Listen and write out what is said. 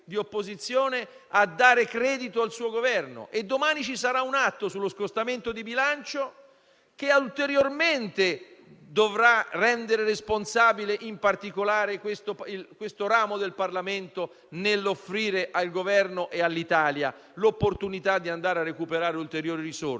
a dare credito al suo Governo e domani ci sarà un atto sullo scostamento di bilancio, che ulteriormente dovrà rendere responsabile, in particolare questo ramo del Parlamento, nell'offrire al Governo e all'Italia l'opportunità di andare a recuperare ulteriori risorse,